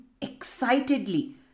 excitedly